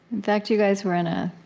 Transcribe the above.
fact, you guys were in a